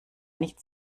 nicht